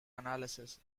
analysis